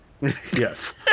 Yes